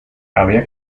había